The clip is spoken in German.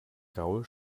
gaul